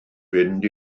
fynd